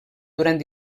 durant